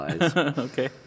Okay